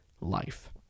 life